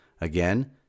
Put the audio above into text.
Again